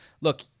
Look